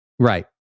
Right